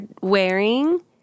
wearing